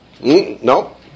no